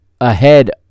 ahead